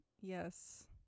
yes